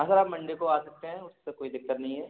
हाँ सर आप मंडे को आ सकते हैं उससे कोई दिक्कत नहीं है